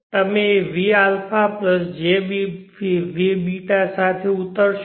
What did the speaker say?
તમે vαjvß સાથે ઉતરશો